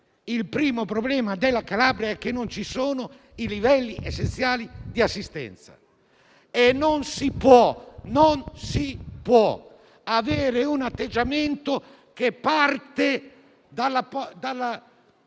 Il primo problema della Calabria è che non ci sono i livelli essenziali di assistenza e non si può avere un atteggiamento che cominci dalla